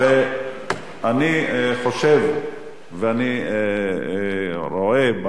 אני חושב ואני רואה,